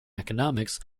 economics